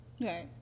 Right